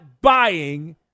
buying